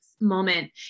moment